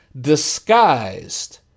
disguised